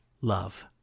love